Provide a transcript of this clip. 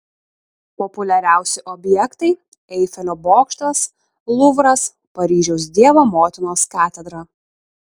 populiariausi objektai eifelio bokštas luvras paryžiaus dievo motinos katedra